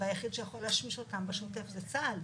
היחיד שיכול להשמיש אותם בשוטף זה צה"ל,